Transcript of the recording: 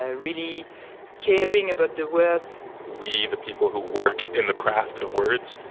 ah really caring about the words we the people who work in the craft of words,